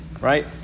right